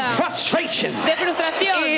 frustration